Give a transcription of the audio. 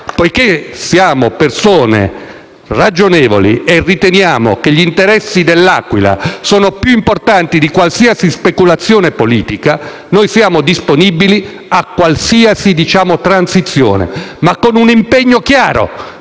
poiché siamo persone ragionevoli e riteniamo che gli interessi dell'Aquila siano più importanti di qualsiasi speculazione politica, noi siamo disponibili ad accedere a qualsiasi soluzione. Ma a condizione che vi sia un impegno chiaro: